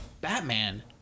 Batman